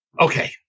okay